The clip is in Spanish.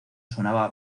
sonaba